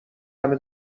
همه